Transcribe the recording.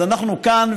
אז אנחנו כאן,